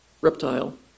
reptile